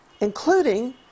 including